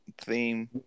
theme